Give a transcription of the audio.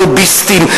על לוביסטים,